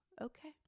Okay